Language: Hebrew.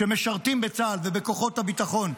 שמשרתים בצה"ל ובכוחות הביטחון,